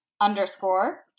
underscore